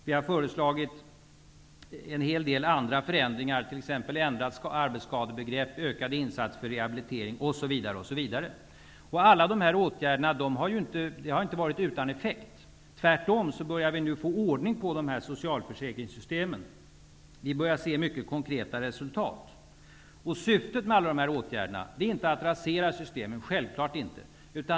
Vi har fö reslagit en hel del andra förändringar, t.ex. ändrat arbetsskadebegrepp, ökade insatser för rehabili tering osv. Alla dessa åtgärder har inte varit utan effekt. Tvärtom börjar vi nu få ordning på de här social försäkringssystemen. Vi börjar se mycket kon kreta resultat. Syftet med dessa åtgärder är inte att rasera alla dessa systemen, självklart inte.